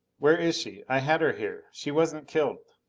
where is she? i had her here she wasn't killed.